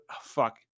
fuck